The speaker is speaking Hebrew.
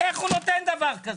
איך הוא נותן דבר כזה?